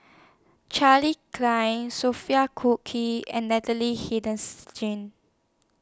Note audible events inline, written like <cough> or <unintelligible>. Charles Dyce Sophia Cooke and Natalie <unintelligible>